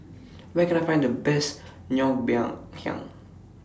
Where Can I Find The Best Ngoh Hiang